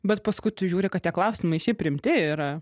bet paskui tu žiūri kad tie klausimai šiaip rimti yra